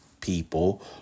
people